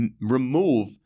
remove